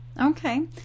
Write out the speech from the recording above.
Okay